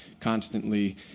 constantly